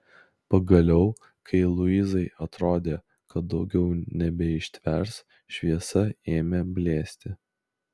pagaliau kai luizai atrodė kad daugiau nebeištvers šviesa ėmė blėsti